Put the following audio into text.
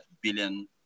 billion